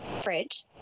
fridge